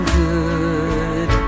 good